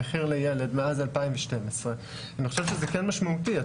המחיר לילד מאז 2012. אני חושב שזה כן משמעותי.